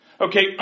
Okay